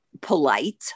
polite